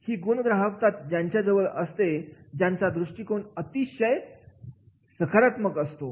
ही गुणग्राहकता त्याच्याजवळच असते ज्याचा दृष्टिकोन अतिशय सकारात्मक असतो